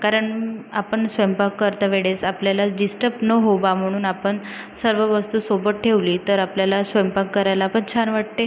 कारण आपण स्वयंपाक करतावेळेस आपल्याला डिस्टर्ब न होवा म्हणून आपण सर्व वस्तू सोबत ठेवली तर आपल्याला स्वयंपाक करायला पण छान वाटते